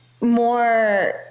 more